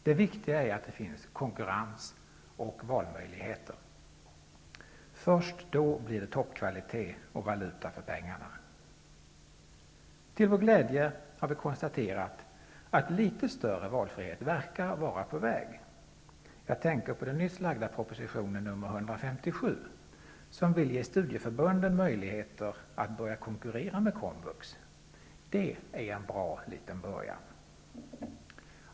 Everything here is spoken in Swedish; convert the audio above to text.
Det viktiga är att det finns konkurrens och valmöjligheter. Först då blir det toppkvalitet och valuta för pengarna. Till vår glädje har vi konstaterat att litet större valfrihet verkar vara på väg. Jag tänker på den nyss framlagda propositionen 157, enligt vilken man vill ge studieförbunden möjligheter att börja konkurrera med komvux. Det är en bra liten början.